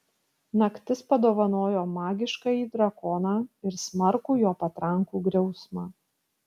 naktis padovanojo magiškąjį drakoną ir smarkų jo patrankų griausmą